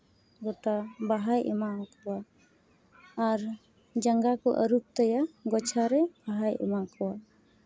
ᱜᱚᱴᱟ ᱵᱟᱦᱟᱭ ᱮᱢᱟ ᱠᱚᱣᱟ ᱟᱨ ᱡᱟᱸᱜᱟ ᱠᱚ ᱟᱹᱨᱩᱵᱽ ᱛᱟᱭᱟ ᱜᱚᱪᱷᱟᱨᱮ ᱵᱟᱦᱟᱭ ᱮᱢᱟ ᱠᱚᱣᱟ